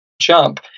jump